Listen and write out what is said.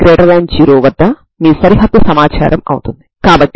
దీని నుండి λ0 ఐగెన్ విలువ కాదు అని వస్తుంది ఎందుకంటే Xx0 కాబట్టి